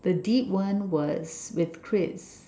the deep one was with Chris